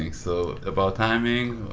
like so about timing,